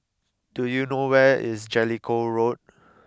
do you know where is Jellicoe Road